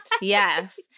Yes